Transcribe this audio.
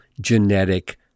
genetic